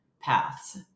paths